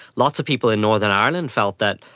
lots of people in northern ireland felt that,